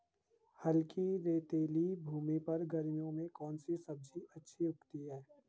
हल्की रेतीली भूमि पर गर्मियों में कौन सी सब्जी अच्छी उगती है?